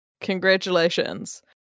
Congratulations